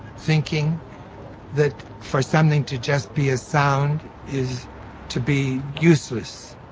thinking that for something to just be a sound is to be useless